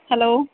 hello